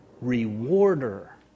...rewarder